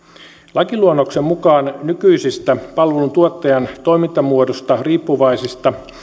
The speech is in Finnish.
lakiluonnoksen mukaan nykyisistä palveluntuottajan toimintamuodoista riippuvaisista